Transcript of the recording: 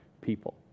people